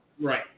Right